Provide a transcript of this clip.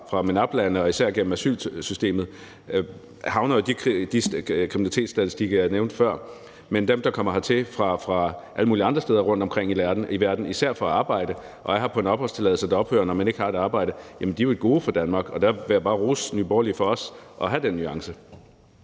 fra MENAP-lande og især gennem asylsystemet, havner jo i de kriminalitetsstatistikker, jeg nævnte før, men dem, der kommer hertil fra alle mulige andre steder rundtomkring i verden, især for at arbejde, og som er her på en opholdstilladelse, der ophører, når man ikke har et arbejde, er jo et gode for Danmark. Derfor vil jeg også bare rose Nye Borgerlige for at have den nuance.